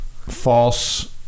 false